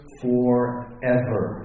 forever